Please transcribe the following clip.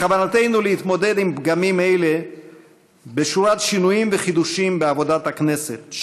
בכוונתנו להתמודד עם פגמים אלה בשורת שינויים וחידושים בעבודת הכנסת,